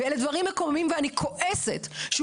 אלה דברים מקוממים ואני כועסת על שהוא